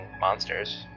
monsters